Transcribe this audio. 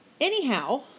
Anyhow